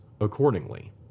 accordingly